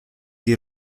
die